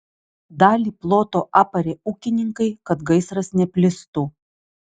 dalį ploto aparė ūkininkai kad gaisras neplistų